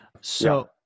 So-